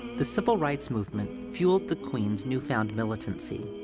the civil rights movement fueled the queens' newfound militancy.